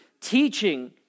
teaching